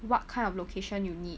what kind of location you need